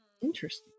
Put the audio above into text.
interesting